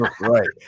Right